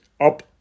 up